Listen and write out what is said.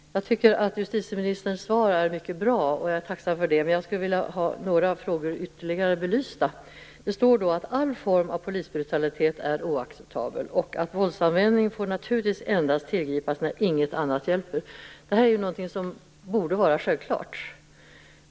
Fru talman! Jag tycker att justitieministerns svar är mycket bra och jag är tacksam för det. Men jag skulle vilja ha några frågor ytterligare belysta. Det står att all form av polisbrutalitet är oacceptabel och att våldsanvändning naturligtvis endast får tillgripas när inget annat hjälper. Detta är något som borde vara självklart.